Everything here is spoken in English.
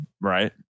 right